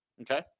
Okay